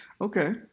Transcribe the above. okay